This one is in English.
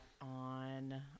on